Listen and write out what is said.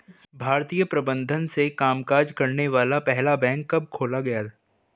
भारतीय प्रबंधन से कामकाज करने वाला पहला बैंक कब खोला गया?